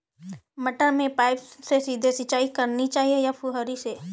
मटर में पाइप से सीधे सिंचाई करनी चाहिए या फुहरी से?